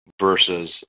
versus